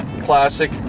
classic